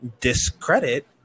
discredit